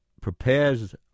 prepares